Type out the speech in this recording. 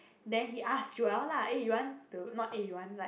then he ask Joel lah eh you want to eh not you want like